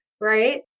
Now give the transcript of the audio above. right